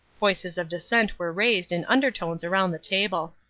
voices of dissent were raised in undertones around the table.